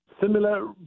similar